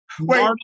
Wait